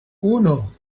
uno